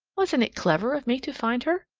wasn't it clever of me to find her?